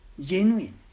genuine